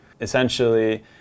Essentially